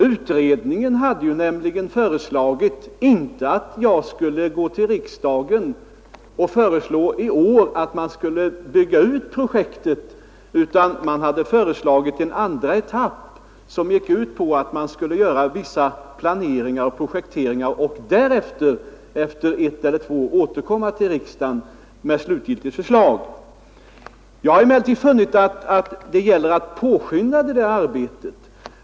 Utredningen hade nämligen inte föreslagit att jag i år skulle föreslå riksdagen att projektet skulle byggas ut; den hade föreslagit en andra etapp som nödvändiggjorde vissa planeringar och projekteringar, och efter ett eller två år skulle jag enligt utredningen återkomma till riksdagen med slutgiltigt förslag. Jag har emellertid funnit att det gäller att påskynda det arbetet.